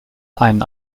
einen